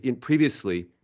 previously